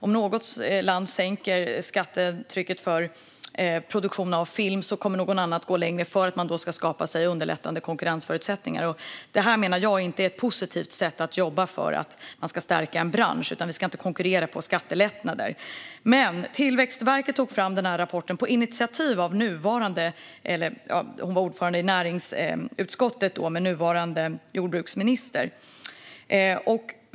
Om något land sänker skattetrycket för produktion av film kommer något annat land att gå längre för att skapa sig underlättande konkurrensförutsättningar. Jag menar att detta inte är ett positivt sätt att jobba för att stärka en bransch. Vi ska inte konkurrera med skattelättnader. Tillväxtverket tog fram denna rapport på initiativ av nuvarande landsbygdsministern, som då var ordförande i näringsutskottet.